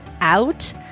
out